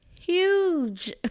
huge